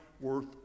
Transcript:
worth